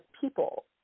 people